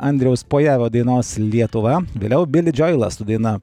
andriaus pojavio dainos lietuva vėliau bili džioilas su daina